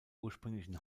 ursprünglichen